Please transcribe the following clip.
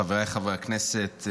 חבריי חברי הכנסת,